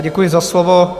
Děkuji za slovo.